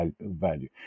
value